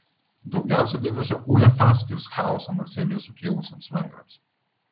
daugiausiai dėmesio uefa skirs chaosą marselyje sukėlusiems vengrams